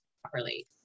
properly